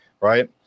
right